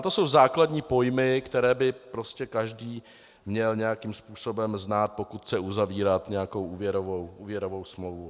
To jsou základní pojmy, které by prostě každý měl nějakým způsobem znát, pokud chce uzavírat nějakou úvěrovou smlouvu.